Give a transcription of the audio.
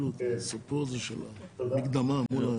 אני רוצה לשאול שאלה לחשיבה.